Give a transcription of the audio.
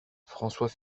françois